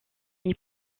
ils